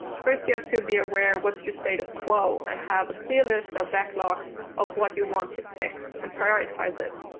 first you have to be aware of what's your status quo and have a clear list of backlog of what you want to fix and prioritize it.